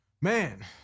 Man